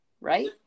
right